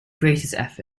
greatest